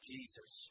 Jesus